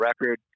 record